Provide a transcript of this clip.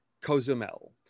Cozumel